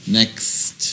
next